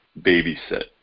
babysit